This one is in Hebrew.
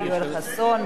יואל חסון,